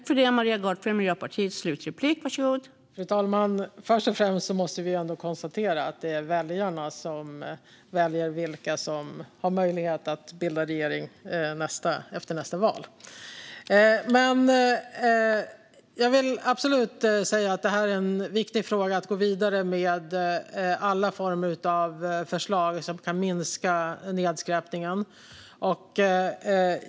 Fru talman! Först och främst måste vi ändå konstatera att det är väljarna som väljer vilka som har möjlighet att bilda regering efter nästa val. Det är absolut viktigt att gå vidare med alla former av förslag som kan minska nedskräpningen.